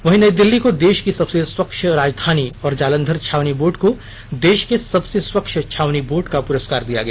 वहीं नई दिल्ली को देश की सबसे स्वच्छ राजधानी और जालंधर छावनी बोर्ड को देश ँ के सबसे स्वछच्छ छावनी बोर्ड का प्रस्काार दिया गया